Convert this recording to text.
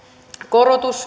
korotus